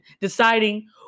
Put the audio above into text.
deciding